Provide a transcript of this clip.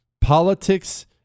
Politics